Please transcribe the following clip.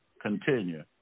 continue